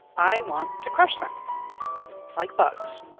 i want to crush them like bugs.